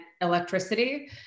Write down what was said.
electricity